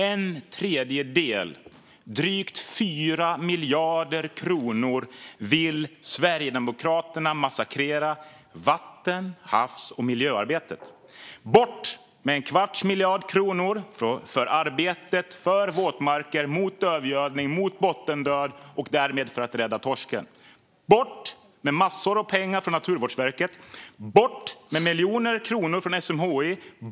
Sverigedemokraterna vill massakrera havs, vatten och miljöarbetet med en tredjedel - drygt 4 miljarder kronor. Bort med en kvarts miljard kronor från arbetet för våtmarker, mot övergödning, mot bottendöd och därmed för att rädda torsken. Bort med massor av pengar från Naturvårdsverket. Bort med miljoner kronor från SMHI.